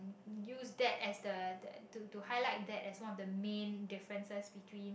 use that as the to to highlight that as one of the main differences between